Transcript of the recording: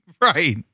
right